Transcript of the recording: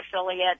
affiliate